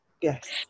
Yes